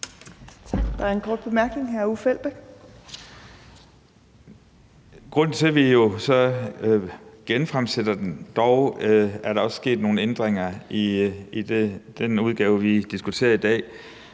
Grunden til, at vi så genfremsætter det – dog er der også sket nogle ændringer i den udgave, vi diskuterer i dag